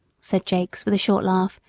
said jakes, with a short laugh,